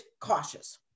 cautious